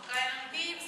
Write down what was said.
למה?